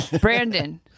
Brandon